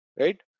right